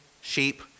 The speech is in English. sheep